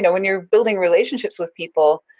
when you're building relationships with people,